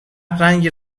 رنگی